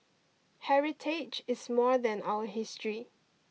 heritage is more than our history